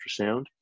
ultrasound